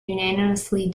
unanimously